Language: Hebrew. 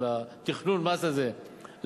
של תכנון המס הזה להמונים,